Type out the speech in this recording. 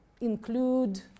include